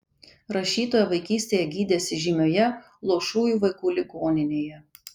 rašytoja vaikystėje gydėsi žymioje luošųjų vaikų ligoninėje